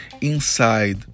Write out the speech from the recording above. inside